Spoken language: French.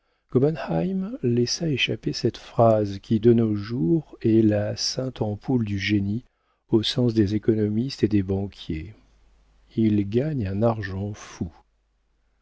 gobenheim laissa échapper cette phrase qui de nos jours est la sainte ampoule du génie au sens des économistes et des banquiers il gagne un argent fou